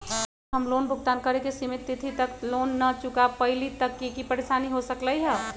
अगर हम लोन भुगतान करे के सिमित तिथि तक लोन न चुका पईली त की की परेशानी हो सकलई ह?